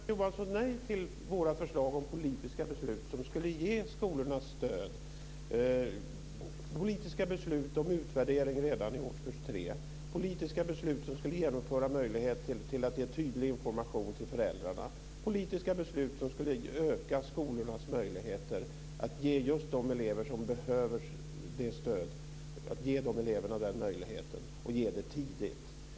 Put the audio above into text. Fru talman! Varför säger då Eva Johansson nej till våra förslag om politiska beslut som skulle ge skolorna stöd. Jag tänker på politiska beslut om utvärdering redan i årskurs 3. Sådana politiska beslut skulle ge möjlighet att ge tydlig information till föräldrar. De skulle öka skolornas möjligheter att tidigt ge stöd till just de elever som behöver det.